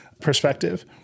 perspective